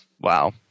Wow